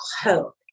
hope